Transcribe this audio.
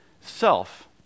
self